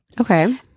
Okay